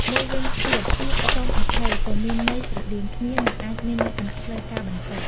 មួយវិញទៀតពាក្យ "សូមអភ័យ" ក៏មានន័យស្រដៀងគ្នា និងអាចមានលក្ខណៈផ្លូវការបន្តិច។